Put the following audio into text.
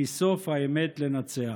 כי סוף האמת לנצח.